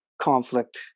conflict